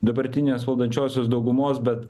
dabartinės valdančiosios daugumos bet